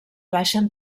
baixen